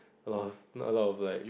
lost not a lot of like